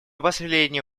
последнее